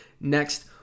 next